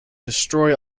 destroy